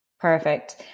Perfect